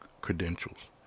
credentials